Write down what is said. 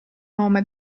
nome